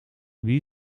wie